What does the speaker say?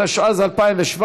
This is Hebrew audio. התשע"ז 2017,